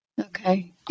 okay